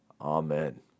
Amen